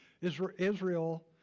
Israel